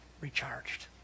recharged